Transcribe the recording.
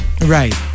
Right